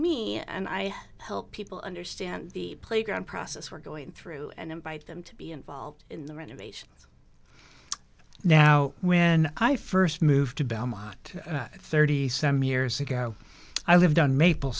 me and i help people understand the playground process we're going through and invite them to be involved in the renovation now when i st moved to belmont thirty seven years ago i lived on maple